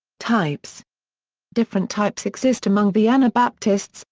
types different types exist among the anabaptists,